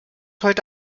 heute